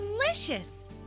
delicious